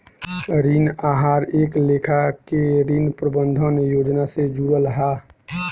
ऋण आहार एक लेखा के ऋण प्रबंधन योजना से जुड़ल हा